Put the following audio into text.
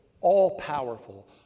all-powerful